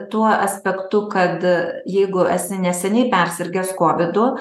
tuo aspektu kad jeigu esi neseniai persirgęs kovidu